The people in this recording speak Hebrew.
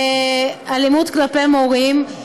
אלימות כלפי מורים,